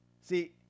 See